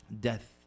death